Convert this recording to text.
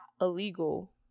illegal